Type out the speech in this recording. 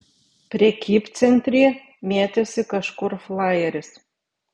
prekybcentry mėtėsi kažkur flajeris